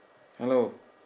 hello